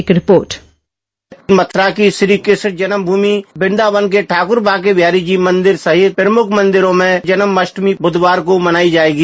एक रिपोर्ट मथुरा की श्रीकृष्ण जन्मभूमि और वृन्दावन के ठाकुर बांके बिहारी जी मंदिर सहित प्रमुख मंदिरों में जन्माष्टमी बुधवार को मनाई जायेगी